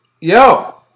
yo